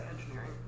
engineering